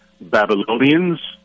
Babylonians